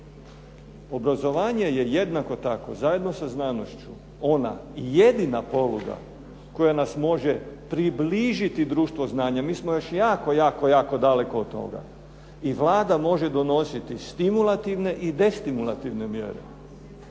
obrazovanje je jednako tako, zajedno sa znanošću, ona jedina poluga koja nas može približiti društvu znanja. Mi smo još jako, jako, jako daleko od toga i Vlada može donositi stimulativne i destimulativne mjere.